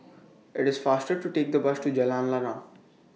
IT IS faster to Take The Bus to Jalan Lana